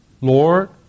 Lord